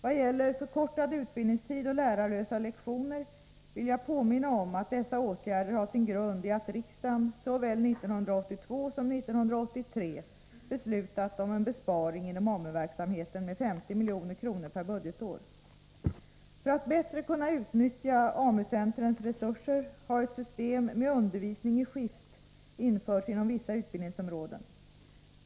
Vad gäller förkortad utbildningstid och lärarlösa lektioner vill jag påminna om att dessa åtgärder har sin grund i att riksdagen såväl 1982 som 1983 har beslutat om en besparing inom AMU-verksamheten med 50 milj.kr. per budgetår. För att bättre kunna utnyttja AMU-centrens resurser har ett system med undervisning i skift införts inom vissa utbildningsområden.